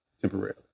temporarily